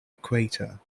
equator